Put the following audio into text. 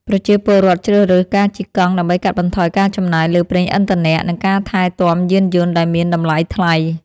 ប្រជាពលរដ្ឋជ្រើសរើសការជិះកង់ដើម្បីកាត់បន្ថយការចំណាយលើប្រេងឥន្ធនៈ និងការថែទាំយានយន្តដែលមានតម្លៃថ្លៃ។